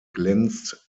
glänzt